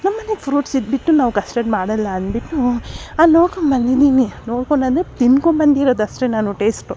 ನಮ್ಮಲ್ಲೇ ಫ್ರೂಟ್ಸ್ ಇದ್ಬಿಟ್ಟು ನಾವು ಕಸ್ಟಡ್ ಮಾಡಲ್ಲ ಅನ್ಬಿಟ್ಟು ಅಲ್ಲಿ ನೋಡ್ಕೊಂಡು ಬಂದಿದ್ದೀನಿ ನೋಡ್ಕೊಂಡು ಅಂದರೆ ತಿನ್ಕೊಂಬಂದಿರೋದಸ್ಟೆ ನಾನು ಟೇಸ್ಟು